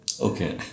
Okay